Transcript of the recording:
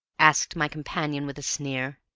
asked my companion, with a sneer.